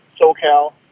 SoCal